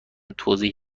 توضیح